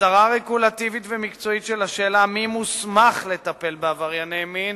הסדרה רגולטיבית ומקצועית של השאלה מי מוסמך לטפל בעברייני מין